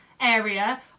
area